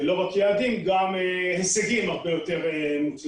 ולא רק יעדים אלא גם הישגים הרבה יותר טובים.